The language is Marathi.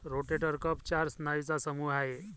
रोटेटर कफ चार स्नायूंचा समूह आहे